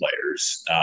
players